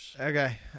Okay